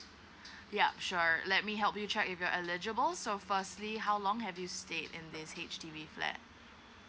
yup sure let me help you check if you're eligible so firstly how long have you stayed in this H_D_B flat